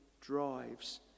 drives